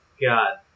god